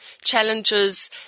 challenges